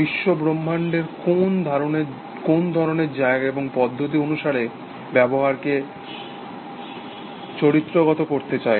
বিশ্বব্রহ্মাণ্ড কোন ধরণের জায়গা এবং পদ্ধতি অনুসারে ব্যবহারকে চরিত্রগত করতে চাইল